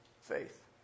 faith